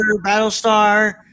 Battlestar